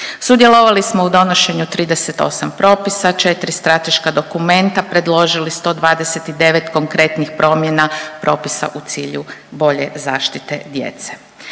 Sudjelovali smo u donošenju 38 propisa, 4 strateška dokumenta, predložili 129 konkretnih promjena propisa u cilju bolje zaštite djece.